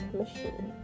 machine